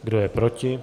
Kdo je proti?